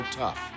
tough